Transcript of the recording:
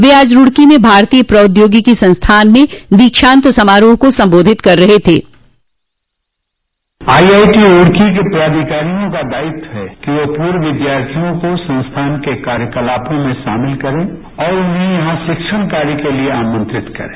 वह आज रूड़को में भारतीय प्रौद्योगिकी संस्थान में दीक्षांत समारोह को संबोधित कर रहे थे आई आई टी रूड़की के प्राधिकारियों का दायित्व है कि ये प्रर्व विद्यार्थियों को संस्थान के कार्यकलापों में शामिल करें और उन्हें यहां से शिक्षण कार्य के लिए आमंत्रित करें